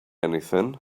anything